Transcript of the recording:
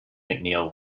mcneill